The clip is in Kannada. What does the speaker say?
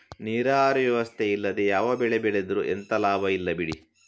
ನೀರಾವರಿ ವ್ಯವಸ್ಥೆ ಇಲ್ಲದೆ ಯಾವ ಬೆಳೆ ಬೆಳೆದ್ರೂ ಎಂತ ಲಾಭ ಇಲ್ಲ ಬಿಡಿ